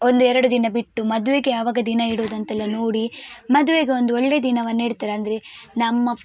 ಒಂದು ಎರಡು ದಿನ ಬಿಟ್ಟು ಮದ್ವೆಗೆ ಯಾವಾಗ ದಿನ ಇಡುವುದಂತೆಲ್ಲ ನೋಡಿ ಮದುವೆಗೊಂದು ಒಳ್ಳೆ ದಿನವನ್ನ ಇಡ್ತಾರೆ ಅಂದರೆ ನಮ್ಮ